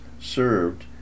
served